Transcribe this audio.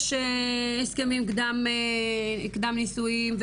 יש הסכמי קדם נישואים,